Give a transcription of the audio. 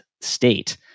state